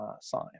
sign